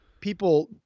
people –